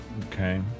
Okay